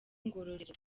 ngororero